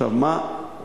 עכשיו, מה קרה?